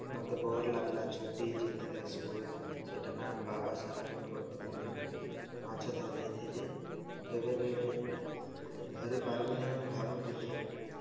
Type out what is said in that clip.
ମତେ ବୋର ଲାଗିଲା ଛୁଟି ହେଇ ଯାଇଥିଲା ସ୍କୁଲ ସେଇଟା ପାଇଁ ଆମ ବାବା ସାଙ୍ଗରେ ମୁଁ ଗୋଟେ ଦିନ ମାଛ ଧରି ଯାଇଥିଲି ମୁ କେବେ ବି ମୁଁ ଧରିପାରିବି ନାହି ମୁଁ ଭାବୁଥିଲି